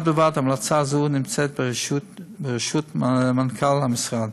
בד בבד, המלצה זו נמצאת בראשות מנכ"ל המשרד,